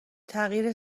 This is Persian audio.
تغییر